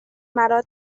مرا